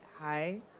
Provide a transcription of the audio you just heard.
Hi